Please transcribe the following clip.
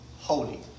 holy